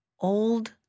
Old